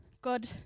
God